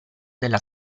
della